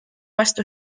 vastu